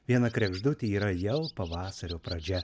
viena kregždutė yra jau pavasario pradžia